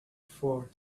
before